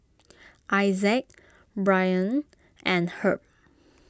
Isaac Brianne and Herb